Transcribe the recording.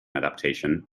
adaptation